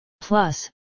Plus